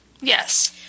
Yes